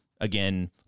Again